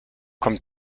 kommt